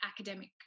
academic